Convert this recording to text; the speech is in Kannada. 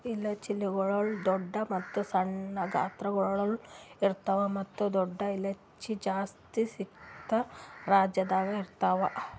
ಇಲೈಚಿಗೊಳ್ ದೊಡ್ಡ ಮತ್ತ ಸಣ್ಣ ಗಾತ್ರಗೊಳ್ದಾಗ್ ಇರ್ತಾವ್ ಮತ್ತ ದೊಡ್ಡ ಇಲೈಚಿ ಜಾಸ್ತಿ ಸಿಕ್ಕಿಂ ರಾಜ್ಯದಾಗ್ ಇರ್ತಾವ್